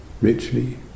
richly